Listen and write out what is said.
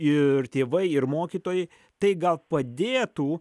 ir tėvai ir mokytojai tai gal padėtų